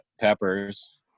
peppers